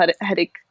headache